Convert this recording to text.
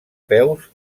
peus